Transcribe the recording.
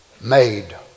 made